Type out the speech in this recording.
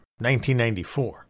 1994